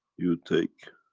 you take,